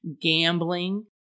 gambling